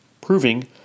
proving